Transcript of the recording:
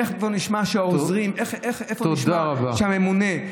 איפה נשמע שהעוזרים, איפה נשמע שהממונה,